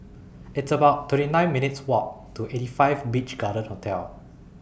It's about twenty nine minutes' Walk to eighty five Beach Garden Hotel